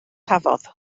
cafodd